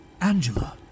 Angela